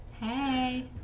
Hey